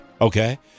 okay